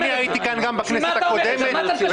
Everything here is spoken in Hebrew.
הייתי כאן גם בכנסת הקודמת.